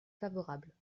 favorable